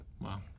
Wow